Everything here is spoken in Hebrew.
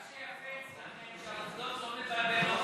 מה שיפה אצלכם זה שהעובדות לא מבלבלות אתכם.